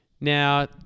Now